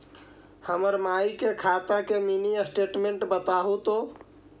हमर माई के खाता के मीनी स्टेटमेंट बतहु तो?